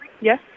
Yes